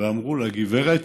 ואמרו לה: גברת,